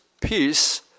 peace